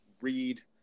read